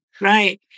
right